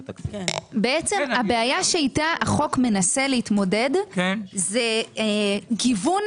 הבעיה שאיתה החוק מנסה להתמודד זה גיוון